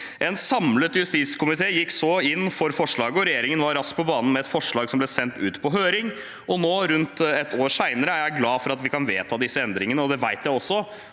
En samlet justiskomité gikk så inn for forslaget, og regjeringen var raskt på banen med et forslag som ble sendt ut på høring. Nå, rundt et år senere, er jeg glad for at vi kan vedta disse endringene. Det vet jeg at